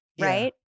Right